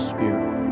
Spirit